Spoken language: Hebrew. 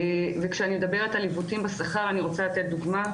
כאשר אני מדברת על עיוותים בשכר אני רוצה לתת דוגמה.